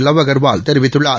லாவ் அகர்வால் தெரிவித்துள்ளார்